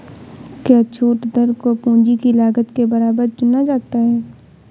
क्या छूट दर को पूंजी की लागत के बराबर चुना जाता है?